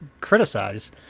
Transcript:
criticize